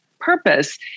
purpose